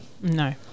No